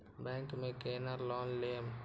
Bank में केना loan लेम?